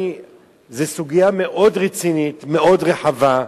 זו סוגיה מאוד רצינית, מאוד רחבה,